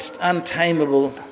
untamable